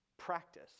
practice